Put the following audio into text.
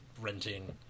renting